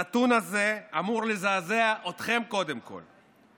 הנתון הזה אמור לזעזע אתכם קודם כול.